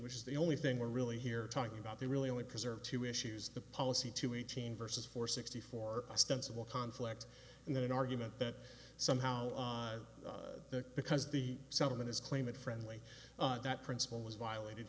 which is the only thing we're really here talking about they really only preserve two issues the policy two eighteen versus four sixty four ostensible conflict and then an argument that somehow because the settlement is claim it friendly that principle was violated